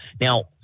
Now